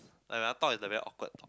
like when I talk is like very awkward